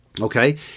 Okay